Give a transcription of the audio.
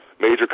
major